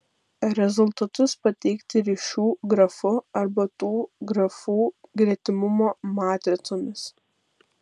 rezultatus pateikti ryšių grafu arba tų grafų gretimumo matricomis